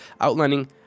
outlining